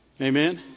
Amen